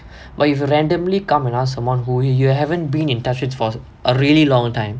but if you randomly come someone who you haven't been in touch it for a really long time